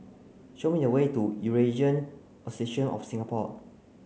show me the way to Eurasian Association of Singapore